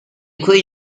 quei